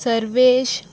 Sarvesh